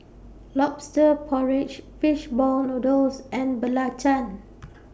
Lobster Porridge Fish Ball Noodles and Belacan